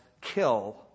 kill